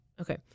okay